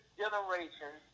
generation